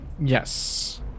Yes